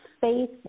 faith